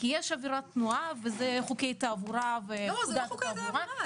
יש עבירת תנועה וזה חוקי תעבורה --- זה לא חוקי תעבורה,